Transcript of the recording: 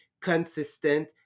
consistent